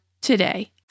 today